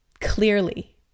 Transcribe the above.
clearly